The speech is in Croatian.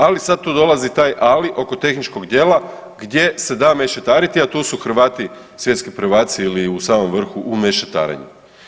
Ali sad tu dolazi taj „ali“ oko tehničkog dijela, gdje se da mešetariti, a tu su Hrvati svjetski prvaci ili u samom vrhu u mešetarenju.